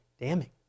damning